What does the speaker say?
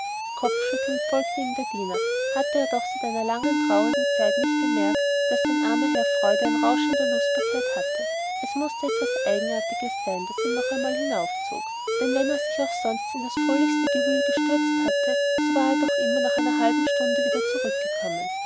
kopfschüttelnd folgte ihm der diener hatte er doch seit einer langen traurigen zeit nicht bemerkt daß sein armer herr freude an rauschender lustbarkeit hatte es mußte etwas eigenes sein das ihn noch einmal dahinauf zog denn wenn er sich sonst auch in das fröhlichste gewühl gestürzt hatte so war er doch immer nach einem halben stündchen wieder zurückgekommen